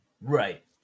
Right